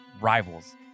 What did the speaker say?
rivals